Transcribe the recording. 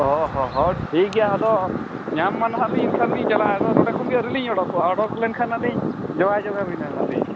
ᱚ ᱦᱚᱸ ᱦᱚᱸ ᱴᱷᱤᱠ ᱜᱮᱭᱟ ᱟᱫᱚ ᱧᱟᱢ ᱢᱟᱱᱦᱟᱜᱞᱤᱧ ᱮᱱᱠᱞᱷᱟᱱ ᱞᱤᱧ ᱪᱟᱞᱟᱜᱼᱟ ᱟᱫᱚ ᱱᱚᱰᱮ ᱠᱷᱚᱱᱜᱮ ᱟᱹᱣᱨᱤ ᱞᱤᱧ ᱚᱰᱚᱠᱚᱜᱼᱟ ᱚᱰᱚᱠ ᱞᱮᱱᱠᱷᱟᱱ ᱦᱟᱸᱜ ᱞᱤᱧ ᱡᱳᱜᱟᱡᱳᱜᱽ ᱟᱵᱤᱱᱦᱟᱸᱜ ᱞᱤᱧ